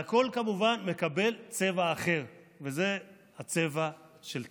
והכול כמובן מקבל צבע אחר, וזה הצבע של טלי: